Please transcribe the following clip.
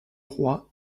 roi